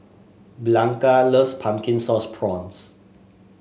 Blanca loves Pumpkin Sauce Prawns